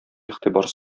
игътибар